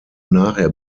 nachher